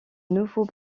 nouveaux